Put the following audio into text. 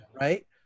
right –